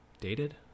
dated